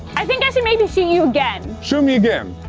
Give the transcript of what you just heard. i think i should maybe shoot you again. shoot me again?